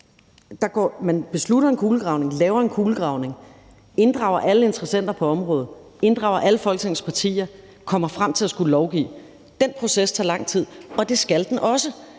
man beslutter sig for en kulegravning, laver en kulegravning, inddrager alle interessenter på området, inddrager alle Folketingets partier og kommer frem til at skulle lovgive – være en proces, der tager lang tid. Og det skal den også,